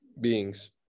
beings